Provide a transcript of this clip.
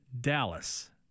Dallas